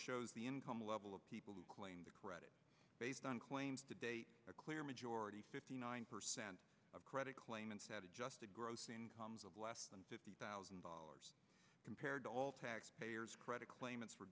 shows the income level of people who claim credit based on claims to date a clear majority fifty nine percent of credit claimants have adjusted gross income of less than fifty thousand dollars compared to all taxpayers credit claimants